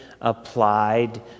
applied